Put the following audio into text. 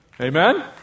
Amen